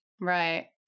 Right